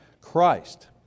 Christ